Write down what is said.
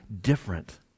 different